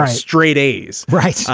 ah straight a's. right.